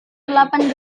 delapan